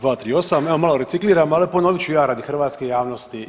238. evo malo recikliram, ali ponovit ću ja radi hrvatske javnosti.